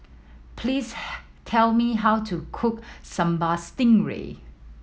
please tell me how to cook Sambal Stingray